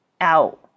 out